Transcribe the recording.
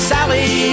Sally